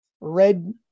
red